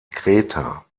kreta